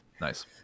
nice